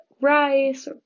rice